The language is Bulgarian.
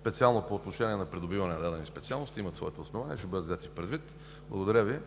специално по отношение на придобиване на дадени специалности, имат своите основания и ще бъдат взети предвид. Благодаря Ви.